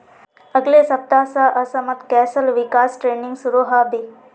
अगले सप्ताह स असमत कौशल विकास ट्रेनिंग शुरू ह बे